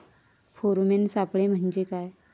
Pheromone सापळे म्हंजे काय?